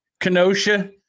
Kenosha